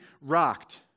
rocked